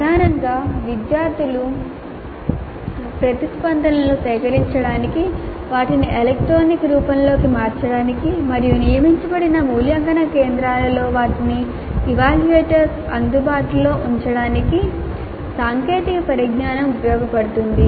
ప్రధానంగా విద్యార్థుల ప్రతిస్పందనలను సేకరించడానికి వాటిని ఎలక్ట్రానిక్ రూపంలోకి మార్చడానికి మరియు నియమించబడిన మూల్యాంకన కేంద్రాలలో వాటిని ఎవాల్యూయేటర్స్కు అందుబాటులో ఉంచడానికి సాంకేతిక పరిజ్ఞానం ఉపయోగించబడుతోంది